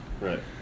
Right